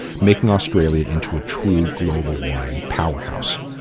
making australia into a true global wine powerhouse.